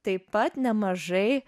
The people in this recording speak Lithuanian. taip pat nemažai